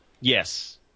yes